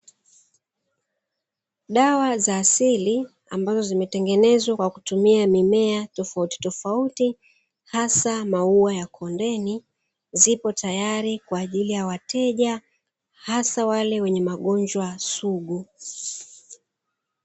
Dawa za asili ambazo zimetengenezwa kwa kutumia mimea tofautitofauti hasa maua ya kondeni, zipo tayari kwa ajili ya wateja hasa wale wenye magonjwa sugu.